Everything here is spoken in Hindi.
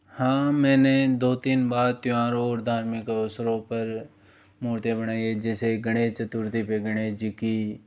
हाँ मैंने दो तीन बार त्योहारों और धार्मिक अवसरों पर मूर्तियाँ बनाई हैं जैसे गणेश चतुर्थी पर गणेश जी की